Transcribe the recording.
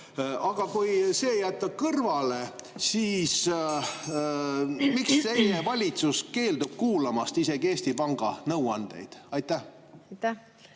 helistab kella.), siis miks teie valitsus keeldub kuulamast isegi Eesti Panga nõuandeid? Aitäh!